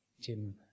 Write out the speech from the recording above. Jim